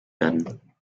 werden